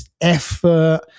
effort